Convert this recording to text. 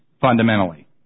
fundamentally